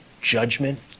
judgment